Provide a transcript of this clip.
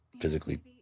physically